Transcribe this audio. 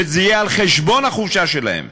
וזה יהיה על חשבון החופשה שלהם,